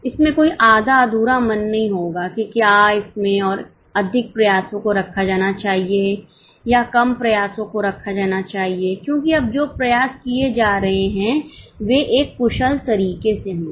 इसमें कोई आधा अधूरा मन नहीं होगा कि क्याइसमें और अधिक प्रयासों को रखा जाना चाहिए या कम प्रयासों को रखा जाना चाहिए क्योंकि अब जो प्रयास किए जा रहे हैं वे एक कुशल तरीके से होंगे